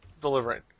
delivering